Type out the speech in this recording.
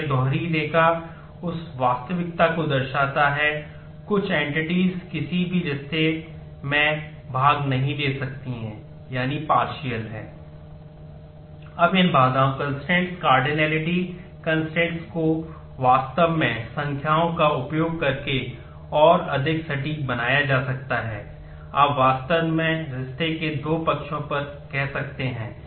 तो यह दोहरी रेखा हैं